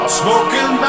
smoking